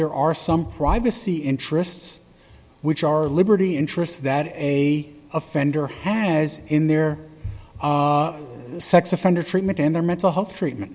there are some privacy interests which our liberty interests that a offender has in their sex offender treatment and their mental health treatment